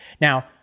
Now